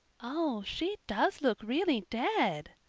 oh, she does look really dead,